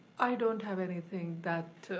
i don't have anything that,